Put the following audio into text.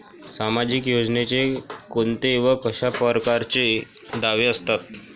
सामाजिक योजनेचे कोंते व कशा परकारचे दावे असतात?